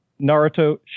Naruto